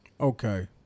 Okay